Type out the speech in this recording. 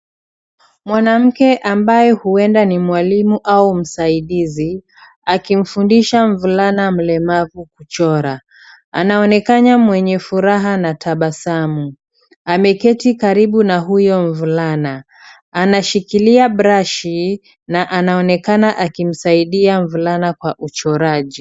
Mwanamke ambaye huenda ni mwalimu au msaidizi akimfundisha mvulana mlemavu kuchora. Anaonekana mwenye furaha na tabasamu, ameketi karibu na huyo mvulana, anashikilia brashi na anaoneka akimsaidia mvulana katika uchoraji.